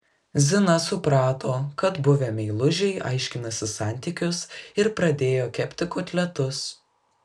zina suprato kad buvę meilužiai aiškinasi santykius ir pradėjo kepti kotletus